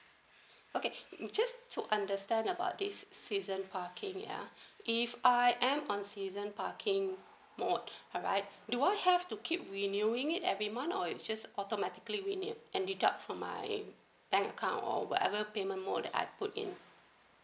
okay just to understand about this season parking ya if I I'm on season parking mode right do I have to keep renewing it every month or it's just like automatically renewed and deduct from my bank account or whatever payment mode I put in